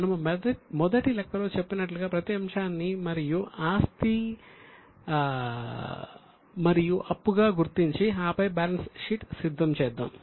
మనము మొదటి లెక్కలో చేసినట్లుగా ప్రతి అంశాన్ని ఆస్తి మరియు అప్పుగా గుర్తించి ఆపై బ్యాలెన్స్ షీట్ సిద్ధం చేస్తాము